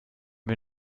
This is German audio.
wir